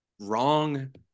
wrong